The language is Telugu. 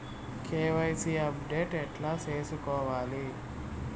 కె.వై.సి అప్డేట్ ఎట్లా సేసుకోవాలి?